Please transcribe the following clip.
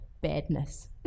badness